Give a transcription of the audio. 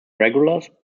regulars